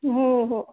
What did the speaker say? हो हो